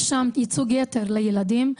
יש שם ייצוג יתר לילדים,